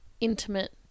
intimate